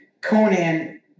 Conan